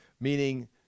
meaning